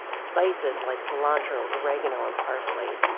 spices like cilantro, oregano and parsley.